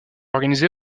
organisé